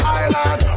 island